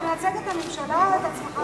אתה מייצג את הממשלה או את עצמך עכשיו?